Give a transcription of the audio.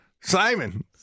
Simon